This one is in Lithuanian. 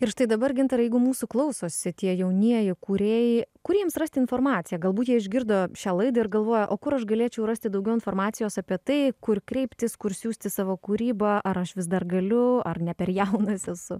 ir štai dabar gintarai jeigu mūsų klausosi tie jaunieji kūrėjai kur jiems rasti informaciją galbūt jie išgirdo šią laidą ir galvoja o kur aš galėčiau rasti daugiau informacijos apie tai kur kreiptis kur siųsti savo kūrybą ar aš vis dar galiu ar ne per jaunas esu